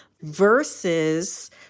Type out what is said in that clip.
versus